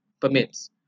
permits